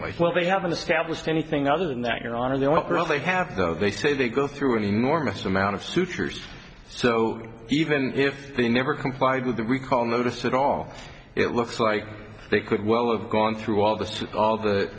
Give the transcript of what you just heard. so well they haven't established anything other than that your honor they don't really have though they say they go through an enormous amount of sutures so even if they never complied with the recall notice at all it looks like they could well have gone through all the